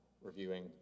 reviewing